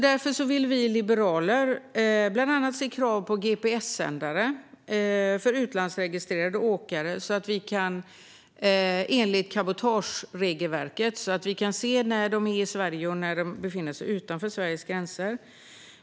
Därför vill vi liberaler bland annat se krav på gps-sändare för utlandsregistrerade åkare enligt cabotageregelverket så att vi kan se när de är i Sverige och när de befinner sig utanför Sveriges gränser.